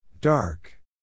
Dark